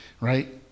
right